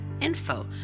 info